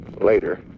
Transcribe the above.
later